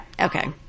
Okay